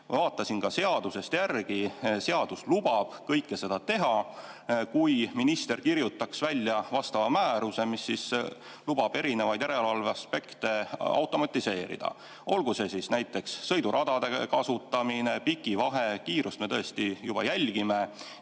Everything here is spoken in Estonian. vaatasin seadusest järele, seadus lubab kõike seda teha, kui minister kirjutaks välja vastava määruse, mis lubab erinevaid järelevalve aspekte automatiseerida, olgu siis näiteks sõiduradade kasutamine, pikivahe, kiirust me tõesti juba jälgime